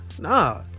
nah